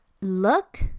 look